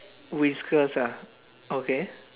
whiskers ah okay